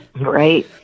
Right